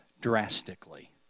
drastically